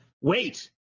wait